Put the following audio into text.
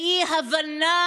בבוקר.